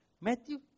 Matthew